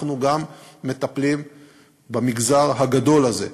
אנחנו גם מטפלים במגזר הגדול הזה,